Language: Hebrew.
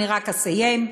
אני רוצה לסיים.